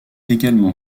également